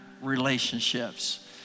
relationships